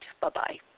Bye-bye